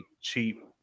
cheap